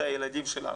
זה הילדים שלנו.